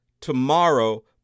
tomorrow